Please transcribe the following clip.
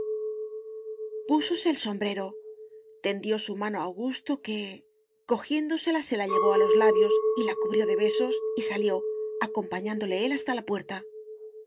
el sombrero tendió su mano a augusto que cojiéndosela se la llevó a los labios y la cubrió de besos y salió acompañándole él hasta la puerta